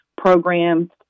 programs